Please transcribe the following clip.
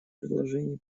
предложений